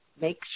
make